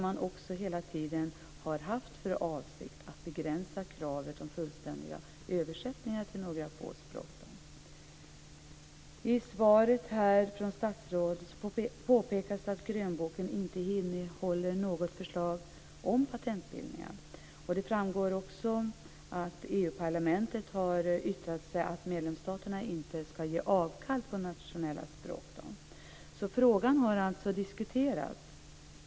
Man har hela tiden haft för avsikt att begränsa kravet på fullständiga översättningar till några få språk. I svaret från statsrådet påpekas att grönboken inte innehåller något förslag om patentbildningar. Det framgår också att EU-parlamentet har yttrat sig om att medlemsstaterna inte skall ge avkall på sina nationella språk. Frågan har alltså diskuterats.